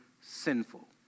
sinful